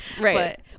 Right